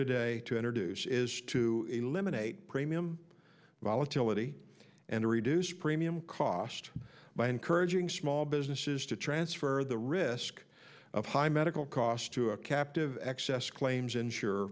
today to introduce is to eliminate premium volatility and reduce premium cost by encouraging small businesses to transfer the risk of high medical costs to a captive excess claims insure